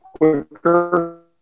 quicker